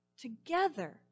together